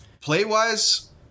play-wise